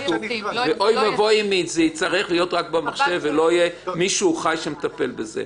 אוי ואבוי אם זה יצטרך להיות רק במחשב ולא יהיה מישהו חי שמטפל בזה.